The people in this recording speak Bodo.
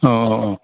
औ औ औ